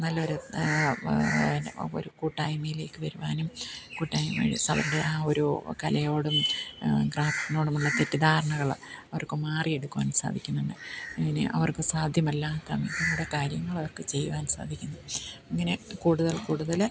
നല്ലൊരു പിന്നെ ഒരു കൂട്ടായ്മയിലേക്ക് വരുവാനും കൂട്ടായ്മ വഴി അവരുടെ ആ ഒരു കലയോടും ക്രാഫ്റ്റിനോടും ഉള്ള തെറ്റിദ്ധാരണകൾ അവർക്ക് മാറിയെടുക്കുവാൻ സാധിക്കുന്നുണ്ട് പിന്നെ അവർക്ക് സാധ്യമല്ലാത്ത നമ്മുടെ കാര്യങ്ങൾ അവർക്ക് ചെയ്യാൻ സാധിക്കുന്നു ഇങ്ങനെ കൂടുതൽ കൂടുതൽ